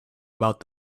about